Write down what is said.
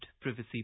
privacy